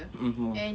mmhmm